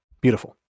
beautiful